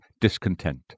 discontent